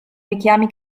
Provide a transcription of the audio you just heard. richiami